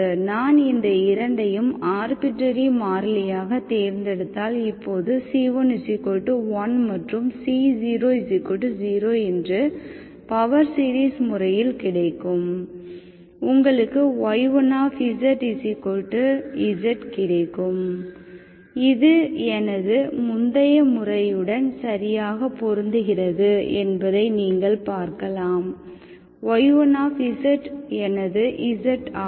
நான் இந்த இரண்டையும் ஆர்பிடெரரி மாறிலியாக தேர்ந்தெடுத்தால் இப்போது c11 மற்றும் c00 என்று பவர் சீரிஸ் முறையில் கிடைக்கும் உங்களுக்கு y1zz கிடைக்கும் இது எனது முந்தைய முறையுடன் சரியாக பொருந்துகிறது என்பதை நீங்கள் பார்க்கலாம் y1z எனது z ஆகும்